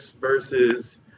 versus